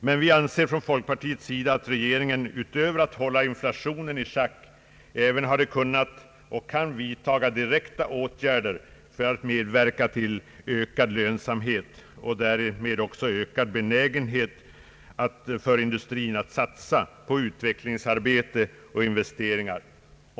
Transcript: Men vi anser från folkpartiets sida att regeringen utöver att hålla inflationen i schack även hade kunnat och kan vidtaga direkta åtgärder för att medverka till ökad lönsamhet och därmed också ökad benägenhet för industrin att satsa på utvecklingsarbete och investeringar.